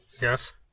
Yes